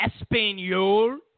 Espanol